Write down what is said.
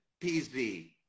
PZ